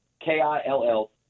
K-I-L-L